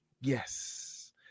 yes